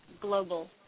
Global